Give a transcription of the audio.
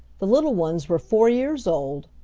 the little ones were four years old,